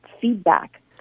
feedback